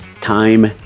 time